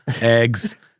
eggs